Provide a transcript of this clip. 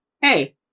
Hey